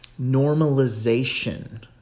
normalization